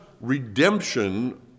redemption